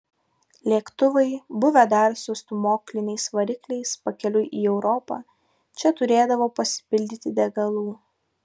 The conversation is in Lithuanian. lėktuvai buvę dar su stūmokliniais varikliais pakeliui į europą čia turėdavo pasipildyti degalų